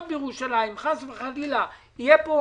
בירושלים אם חס וחלילה יהיה פה